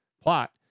plot